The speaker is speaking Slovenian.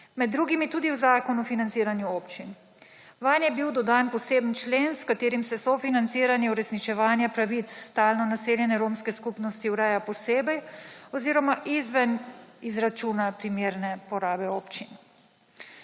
Med drugimi tudi v Zakon o financiranju občin. Vanj je bil dodan poseben člen s katerim se sofinanciranje uresničevanje pravic stalno naseljene romske skupnosti ureja posebej oziroma izven izračuna primerne porabe občin.